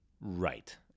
Right